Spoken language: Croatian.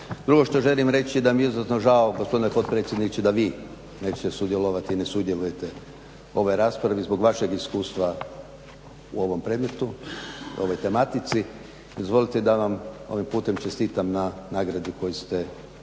Drugo što želim reći da mi je izuzetno žao gospodine potpredsjedniče da vi nećete sudjelovati i ne sudjelujete u ovoj raspravi zbog vašeg iskustva u ovom predmetu, ovoj tematici. Dozvolite da vam ovim putem čestitam na nagradi koju ste nedavno